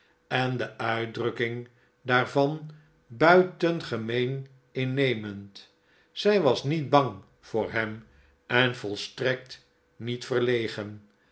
en de uitdrukking daarvan buitengemeen innemend zij was niet bang voor hem en volstrekt niet verlegen